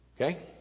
Okay